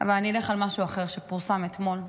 אבל אני אדבר על משהו אחר שפורסם אתמול.